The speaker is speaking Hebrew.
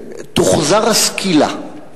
תוחזר הסקילה.